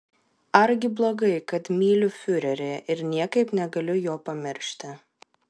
argi blogai kad myliu fiurerį ir niekaip negaliu jo pamiršti